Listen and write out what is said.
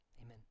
amen